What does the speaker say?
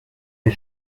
des